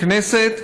בכנסת,